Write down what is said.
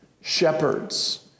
shepherds